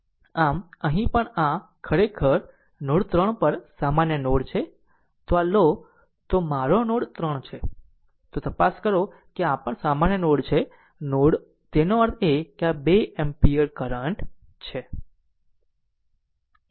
આમ અહીં પણ આ છે આ ખરેખર નોડ 3 પર સામાન્ય નોડ છે જો આ લો તો મારો નોડ 3 છે કે જો તપાસ કરો કે આ પણ સામાન્ય છે નોડ તેનો અર્થ એ કે આ 2 એમ્પીયર કરંટ છે